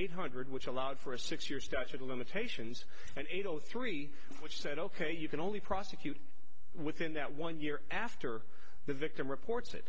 eight hundred which allowed for a six year statute of limitations and eight o three which said ok you can only prosecute within that one year after the victim reports that